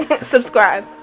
Subscribe